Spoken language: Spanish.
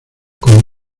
con